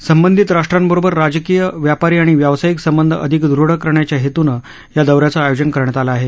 संबंधित राष्ट्रांबरोबर राजकीय व्यापारी आणि व्यावसायीक संबंध अधिक ृढ करण्याच्या हेतूनं या दौऱ्याचं आयोजन करण्यात आलं आहे